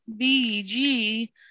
bg